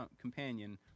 companion